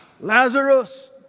Lazarus